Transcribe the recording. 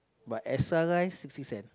but extra rice sixty cents